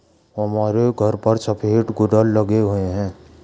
हमारे घर पर सफेद गुड़हल लगे हुए हैं